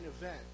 event